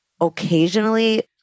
occasionally